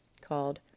called